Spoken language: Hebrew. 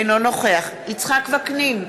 אינו נוכח יצחק וקנין,